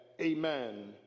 amen